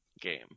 game